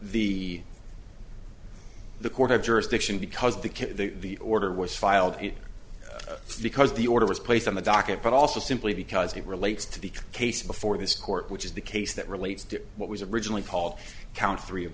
the the court have jurisdiction because the kid at the order was filed it because the order was placed on the docket but also simply because it relates to the case before this court which is the case that relates to what was originally called count three of